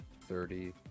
thirty